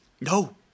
No